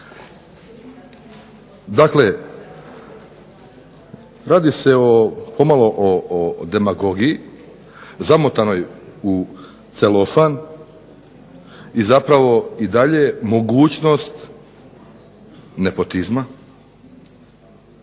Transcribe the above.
Dakle, radi se o pomalo o demagogiji zamotanoj u celofan i zapravo dalje mogućnost nepotizma